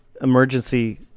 emergency